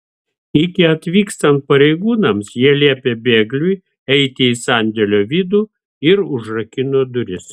iki atvykstant pareigūnams jie liepė bėgliui eiti į sandėlio vidų ir užrakino duris